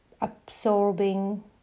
absorbing